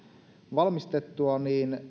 valmistettua